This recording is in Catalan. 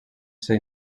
ser